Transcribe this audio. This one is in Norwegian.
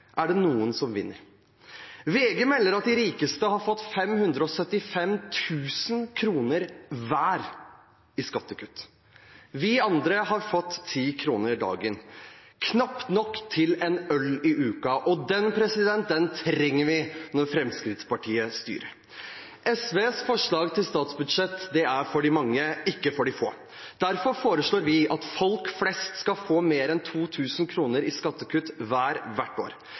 er det noen som vinner. VG melder at de rikeste har fått 575 000 kr hver i skattekutt. Vi andre har fått 10 kr dagen – knapt nok til en øl i uka, og den trenger vi når Fremskrittspartiet styrer. SVs forslag til statsbudsjett er for de mange, ikke for de få. Derfor foreslår vi at folk flest skal få mer enn 2 000 kr i skattekutt hver hvert år.